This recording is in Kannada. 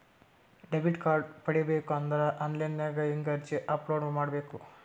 ಡೆಬಿಟ್ ಕಾರ್ಡ್ ಪಡಿಬೇಕು ಅಂದ್ರ ಆನ್ಲೈನ್ ಹೆಂಗ್ ಅರ್ಜಿ ಅಪಲೊಡ ಮಾಡಬೇಕು?